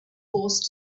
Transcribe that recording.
forced